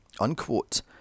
Unquote